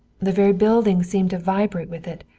the very building seemed to vibrate with it.